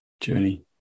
journey